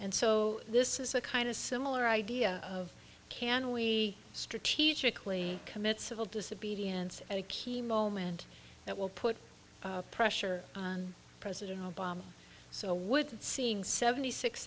and so this is a kind of similar idea of can we strategically commit civil disobedience at a key moment that will put pressure on president obama so would seeing seventy six